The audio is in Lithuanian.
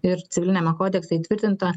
ir civiliniame kodekse įtvirtinta